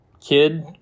kid